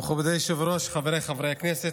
מכובדי היושב-ראש, חבריי חברי הכנסת,